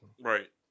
Right